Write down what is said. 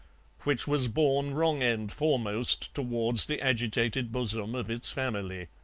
which was borne wrong-end foremost towards the agitated bosom of its family.